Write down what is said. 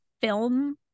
film